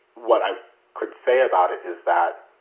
what i could say about it is that